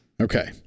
Okay